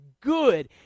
good